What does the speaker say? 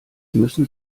müssen